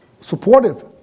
supportive